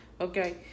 okay